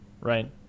right